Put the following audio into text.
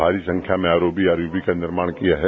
भारी संख्या में आरोबी इरोबी का निर्माण किया है